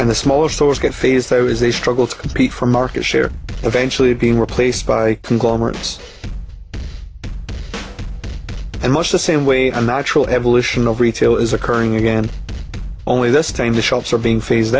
and the smaller stores get phase though as they struggle to compete for market share eventually being replaced by conglomerates and much the same way i'm naturally evolution of retail is occurring again only this time the shelves are being phased